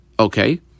Okay